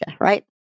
right